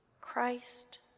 Christ